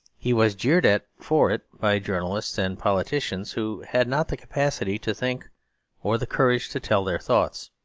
he was jeered at for it by journalists and politicians who had not the capacity to think or the courage to tell their thoughts.